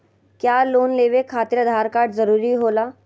क्या लोन लेवे खातिर आधार कार्ड जरूरी होला?